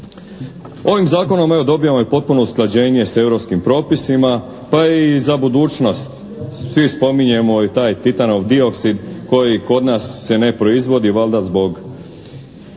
Ovim zakonom evo dobijamo i potpuno usklađenje s europskim propisima pa je i za budućnost, svi spominjemo i taj titanov dioksid koji kod nas se ne proizvodi, valjda zbog